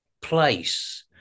place